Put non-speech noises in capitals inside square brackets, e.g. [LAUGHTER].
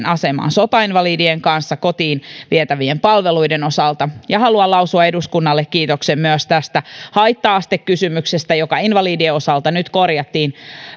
[UNINTELLIGIBLE] asemaan sotainvalidien kanssa kotiin vietävien palveluiden osalta haluan lausua eduskunnalle kiitoksen myös tästä haitta astekysymyksestä joka invalidien osalta nyt korjattiin